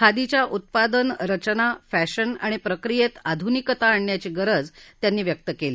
खादीच्या उत्पादन रचना फॅशन आणि प्रक्रियेत आधुनिकता आणण्याची गरज त्यांनी व्यक्त केली